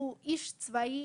הוא איש צבא,